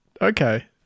Okay